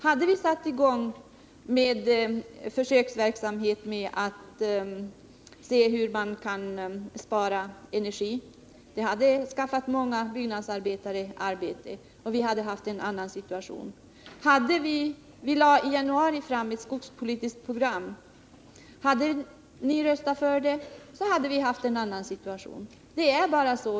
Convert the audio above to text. Hade vi satt i gång med försöksverksamhet för att spara energi, så hade detta givit många byggnadsarbetare arbete, och vi hade haft en annan situation. I januari 1977 lade vi fram ett skogspolitiskt program. Hade ni röstat för det, hade vi haft en annan situation. Det är bara så.